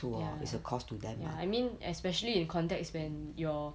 ya ya I mean especially in context when your